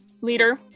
leader